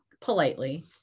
politely